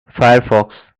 firefox